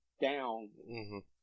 down